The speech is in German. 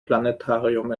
planetarium